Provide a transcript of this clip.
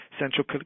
central